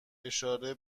اشاره